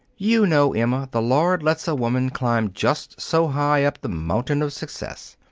you know, emma, the lord lets a woman climb just so high up the mountain of success.